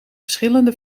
verschillende